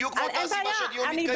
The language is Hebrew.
בדיוק מאותה סיבה שהדיון הזה מתקיים.